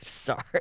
Sorry